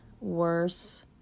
worse